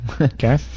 Okay